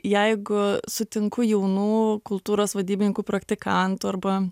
jeigu sutinku jaunų kultūros vadybininkų praktikantų arba